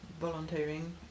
volunteering